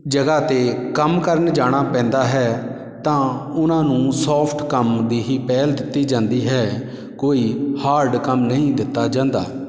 ਜਗ੍ਹਾ 'ਤੇ ਕੰਮ ਕਰਨ ਜਾਣਾ ਪੈਂਦਾ ਹੈ ਤਾਂ ਉਹਨਾਂ ਨੂੰ ਸੋਫਟ ਕੰਮ ਦੀ ਹੀ ਪਹਿਲ ਦਿੱਤੀ ਜਾਂਦੀ ਹੈ ਕੋਈ ਹਾਰਡ ਕੰਮ ਨਹੀਂ ਦਿੱਤਾ ਜਾਂਦਾ